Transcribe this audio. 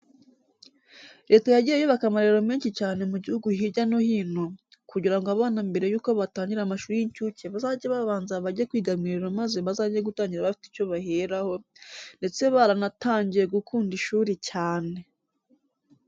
Leta yagiye yubaka amarerero menshi cyane mu gihugu hirya no hino, kugira ngo abana mbere yuko batangira amashuri y'inshuke bazajye babanza bajye kwiga mu irerero maze bazajye gutangira bafite icyo baheraho, ndetse baranatangiye gukunda ishuri cyane.